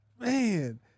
Man